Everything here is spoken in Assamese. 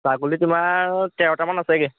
ছাগলী তোমাৰ তেৰটামান আছেগৈ